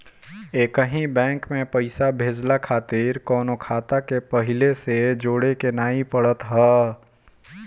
एकही बैंक में पईसा भेजला खातिर कवनो खाता के पहिले से जोड़े के नाइ पड़त हअ